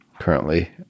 currently